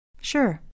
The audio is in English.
Sure